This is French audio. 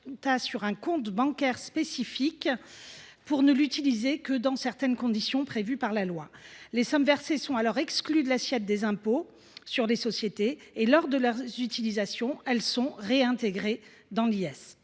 sur un compte bancaire spécifique, pour ne l’utiliser que dans certaines conditions prévues par la loi. Les sommes versées sont exclues de l’assiette de l’impôt sur les sociétés. Lors de leur utilisation, elles y sont réintégrées. Transposé